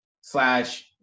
slash